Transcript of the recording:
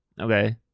Okay